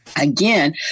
Again